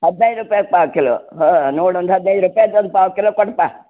ಹದಿನೈದು ರೂಪಾಯಿ ಪಾವು ಕಿಲೋ ನೋಡಿ ಒಂದು ಹದಿನೈದು ರೂಪಾಯ್ದು ಒಂದು ಪಾವು ಕಿಲೋ ಕೊಡಪ್ಪಾ